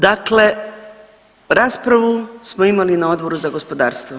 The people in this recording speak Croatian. Dakle raspravu smo imali na Odboru za gospodarstvo.